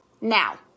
now